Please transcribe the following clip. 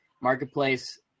marketplace